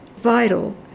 vital